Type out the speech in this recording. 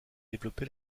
développée